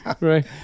right